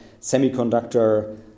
semiconductor